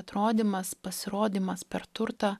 atrodymas pasirodymas per turtą